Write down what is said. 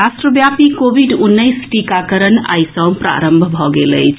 राष्ट्रव्यापी कोविड उन्नैस टीकाकरण आई सँ प्रारंभ भऽ गेल अछि